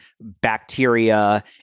bacteria